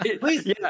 please